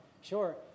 Sure